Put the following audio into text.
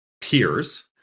peers